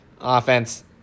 offense